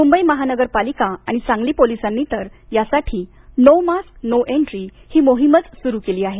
मुंबई महानगर पालिका आणि सांगली पोलिसांनी तर यासाठी नो मास्क नो एन्ट्री ही मोहीमच सुरू केली आहे